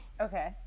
Okay